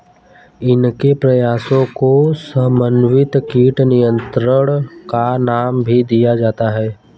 इनके प्रयासों को समन्वित कीट नियंत्रण का नाम भी दिया जाता है